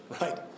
right